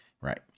Right